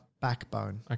backbone